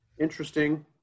Interesting